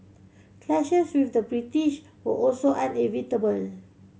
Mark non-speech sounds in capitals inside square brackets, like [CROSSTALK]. clashes with the British were also [UNINTELLIGIBLE]